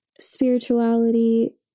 Spirituality